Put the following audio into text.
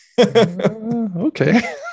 Okay